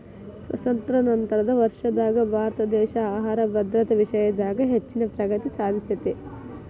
ಸ್ವಾತಂತ್ರ್ಯ ನಂತರದ ವರ್ಷದಾಗ ಭಾರತದೇಶ ಆಹಾರ ಭದ್ರತಾ ವಿಷಯದಾಗ ಹೆಚ್ಚಿನ ಪ್ರಗತಿ ಸಾಧಿಸೇತಿ